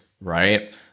right